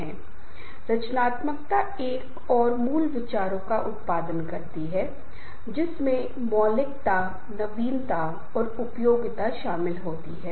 यह बहुत ही चुनौतीपूर्ण कार्य है कभी कभी हम उत्पादन प्रक्रिया में सुधार या सेमेस्टर प्रणाली के तहत पाठ्यक्रम को डिजाइन करने के लिए इसका उपयोग करते हैं